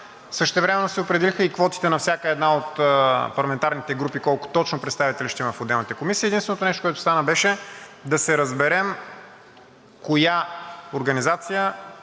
същевременно се определиха и квотите на всяка една от парламентарните групи – колко точно представители ще имат в отделните комисии, единственото нещо, което остана, беше да се разберем коя организация